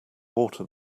water